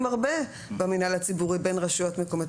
הרבה במינהל הציבורי בין רשויות מקומיות,